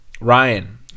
Ryan